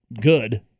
good